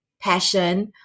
passion